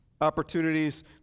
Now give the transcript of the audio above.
opportunities